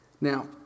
Now